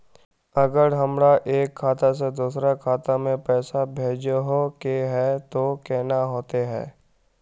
अगर हमरा एक खाता से दोसर खाता में पैसा भेजोहो के है तो केना होते है?